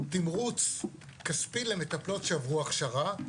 תמרוץ כספי למטפלות שעברו הכשרה,